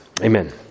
Amen